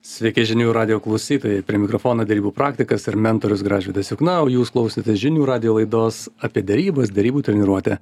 sveiki žinių radijo klausytojai prie mikrofono derybų praktikas ir mentorius gražvydas jukna o jūs klausotės žinių radijo laidos apie derybas derybų treniruotė